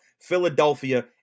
Philadelphia